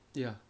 ya